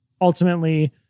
ultimately